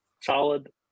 solid